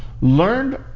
learned